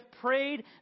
prayed